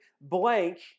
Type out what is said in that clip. blank